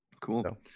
Cool